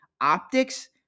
optics